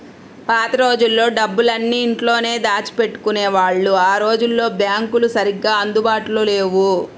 పాత రోజుల్లో డబ్బులన్నీ ఇంట్లోనే దాచిపెట్టుకునేవాళ్ళు ఆ రోజుల్లో బ్యాంకులు సరిగ్గా అందుబాటులో లేవు